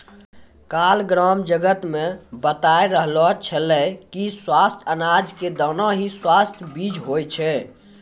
काल ग्राम जगत मॅ बताय रहलो छेलै कि स्वस्थ अनाज के दाना हीं स्वस्थ बीज होय छै